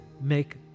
make